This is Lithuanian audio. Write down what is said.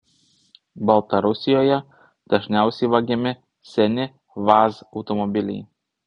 baltarusijoje dažniausiai vagiami seni vaz automobiliai